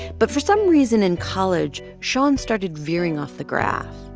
but for some reason, in college, shon started veering off the graph.